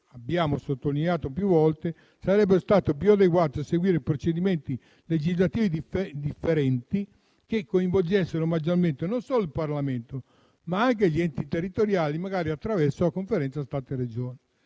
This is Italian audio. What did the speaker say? abbiamo sottolineato più volte come sarebbe stato più adeguato seguire procedimenti legislativi differenti, che coinvolgessero maggiormente non solo il Parlamento, ma anche gli enti territoriali, magari attraverso la Conferenza Stato-Regioni.